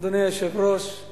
אדוני היושב-ראש,